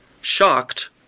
Shocked